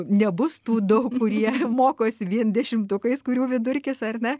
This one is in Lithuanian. nebus tų daug kurie mokosi vien dešimtukais kurių vidurkis ar ne